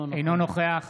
אינו נוכח